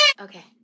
Okay